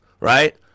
right